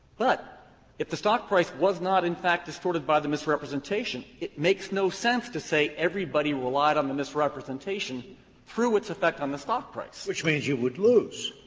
but if the stock price was not in fact distorted by the misrepresentation, it makes no sense to say everybody relied on the misrepresentation through its effect on the stock price. scalia which means you would lose.